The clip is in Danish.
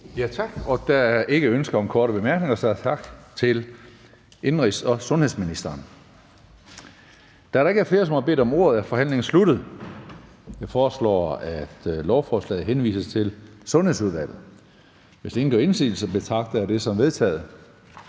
Tak. Der er ikke ønsker om korte bemærkninger, så tak til indenrigs- og sundhedsministeren. Da der ikke er flere, som har bedt om ordet, er forhandlingen sluttet. Jeg foreslår, at lovforslaget henvises til Sundhedsudvalget. Hvis ingen gør indsigelse, betragter jeg det som vedtaget.